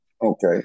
Okay